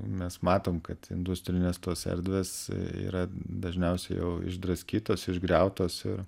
mes matom kad industrinės tos erdvės yra dažniausia jau išdraskytos išgriautos ir